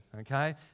okay